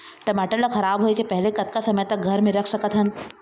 टमाटर ला खराब होय के पहले कतका समय तक घर मे रख सकत हन?